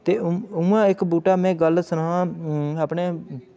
ते उ'आं इक बूह्टे में गल्ल सनांऽ अपनै